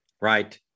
Right